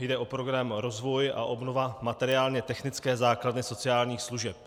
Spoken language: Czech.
Jde o program rozvoj a obnova materiálně technické základny sociálních služeb.